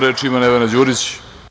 Reč ima Nevena Đurić.